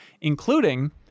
including